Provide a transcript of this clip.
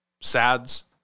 SADs